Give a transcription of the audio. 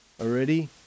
already